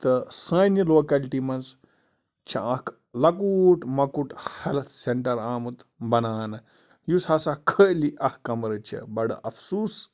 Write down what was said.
تہٕ سانہِ لوکیلٹی منٛز چھِ اَکھ لۄکوٗٹ مۄکُٹ ہٮ۪لٕتھ سٮ۪نٛٹَر آمُت بَناونہٕ یُس ہَسا خٲلی اَکھ کَمرٕ چھِ بَڑٕ اَفسوٗس